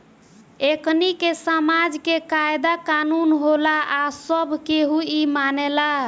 एकनि के समाज के कायदा कानून होला आ सब केहू इ मानेला